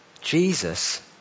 Jesus